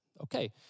okay